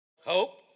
Hope